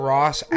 Ross